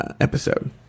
episode